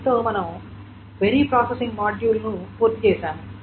దీనితో మనము query processing మాడ్యూల్ను పూర్తి చేసాము